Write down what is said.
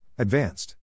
Advanced